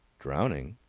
drowning?